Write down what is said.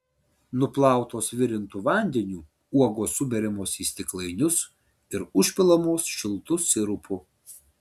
nuplautos virintu vandeniu uogos suberiamos į stiklainius ir užpilamos šiltu sirupu